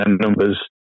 numbers